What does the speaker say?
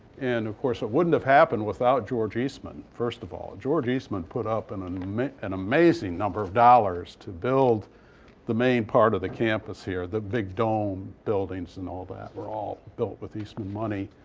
and of course, it wouldn't have happened without george eastman first of all. george eastman put up and an and amazing number of dollars to build the main part of the campus here. the big dome buildings and all that were all built with eastman money.